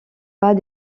pas